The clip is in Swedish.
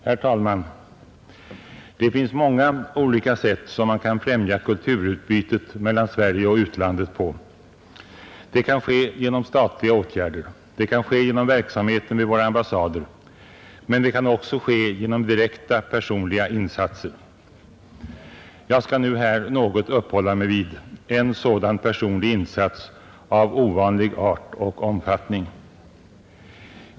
Herr talman! Det finns många olika sätt att främja kulturutbytet mellan Sverige och utlandet på. Det kan ske genom verksamheten vid våra ambassader, det kan ske genom andra statliga åtgärder, men det kan också ske genom direkta personliga insatser. Jag vill något uppehålla mig vid en sådan personlig insats av ovanlig art och omfattning.